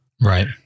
right